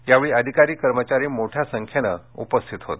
यावेळी अधिकारी कर्मचारी मोठ्या संख्येन उपस्थित होते